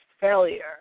failure